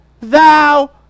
thou